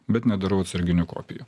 bet nedarau atsarginių kopijų